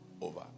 over